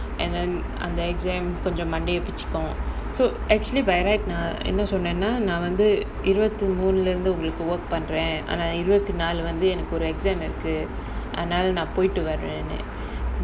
and then அந்த:antha exam கொஞ்சம் மண்டைய பிச்சிக்கும்:konjam mandaya pichikum so actually by right நான் என்ன சொன்னன்னா நா வந்து இறுதி மூணு லந்து உங்களுக்கு:naan enna sonnanna naa vanthu iruthi moonu lanthu ungaluku work பண்றேன் ஆனா இறுதி நாள் வந்து எனக்கு ஒரு:pandraen aanaa iruthi naal vanthu enakku oru exam இருக்கு அதுனால நான் போய்ட்டு வரேன்னு:iruku athunaala naan poyitu varaenu